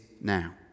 now